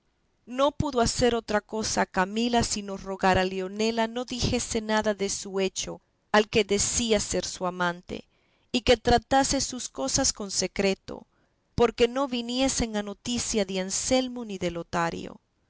no pudo hacer otra cosa camila sino rogar a leonela no dijese nada de su hecho al que decía ser su amante y que tratase sus cosas con secreto porque no viniesen a noticia de anselmo ni de lotario